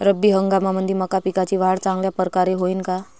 रब्बी हंगामामंदी मका पिकाची वाढ चांगल्या परकारे होईन का?